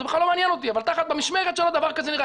זה בכלל לא מעניין אותי אבל במשמרת שלו דבר כזה נראה.